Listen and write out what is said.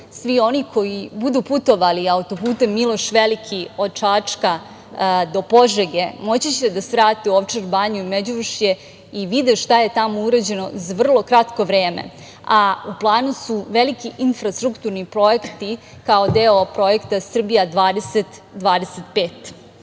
svi oni koji budu putovali auto-putem „Miloš Veliki“ od Čačka do Požege moći će da svrate u Ovčar Banju i Međuvršje i vide šta je tamo urađeno za vrlo kratko vreme. U planu su veliki infrastrukturni projekti kao deo Projekta „Srbija